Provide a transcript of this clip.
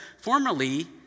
formerly